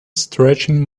stretching